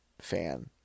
fan